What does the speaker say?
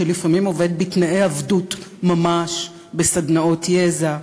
שלפעמים עובד בתנאי עבדות ממש בסדנאות יזע,